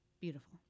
Beautiful